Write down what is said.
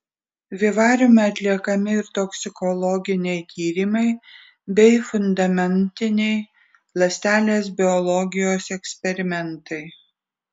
vivariume atliekami ir toksikologiniai tyrimai bei fundamentiniai ląstelės biologijos eksperimentai